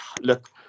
look